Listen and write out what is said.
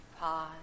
pause